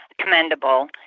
commendable